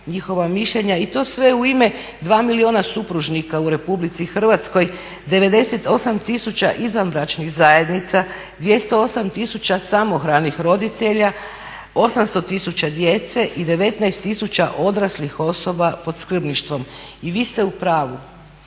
i to sve u ime 2 milijuna supružnika u Republici Hrvatskoj, 98 tisuća izvanbračnih zajednica, 208 tisuća samohranih roditelja, 800 tisuća djece i 19 tisuća odraslih osoba pod skrbništvom. I vi ste u pravu.